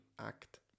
act